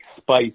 spice